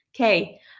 Okay